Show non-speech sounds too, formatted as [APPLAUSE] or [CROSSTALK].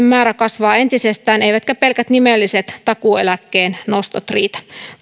[UNINTELLIGIBLE] määrä kasvaa entisestään eivätkä pelkät nimelliset takuueläkkeen nostot riitä